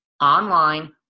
online